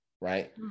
right